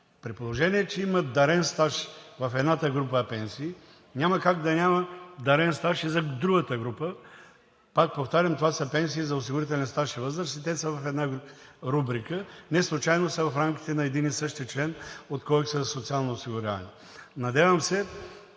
При положение че имат дарен стаж в една група пенсии, няма как да няма дарен стаж и за другата група. Пак повтарям, това са пенсии за осигурителен стаж и възраст и те са в една рубрика. Неслучайно са в рамките на един и същи член – за социално осигуряване. Надявам се,